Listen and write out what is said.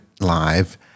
live